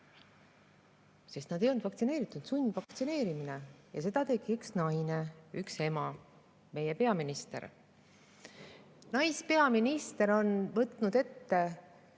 sest nad ei olnud vaktsineeritud. Sundvaktsineerimine oli. Ja seda tegi üks naine, üks ema. Meie peaminister. Naispeaminister on võtnud